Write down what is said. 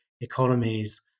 economies